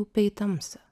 upe į tamsą